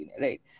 right